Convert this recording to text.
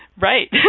Right